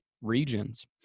regions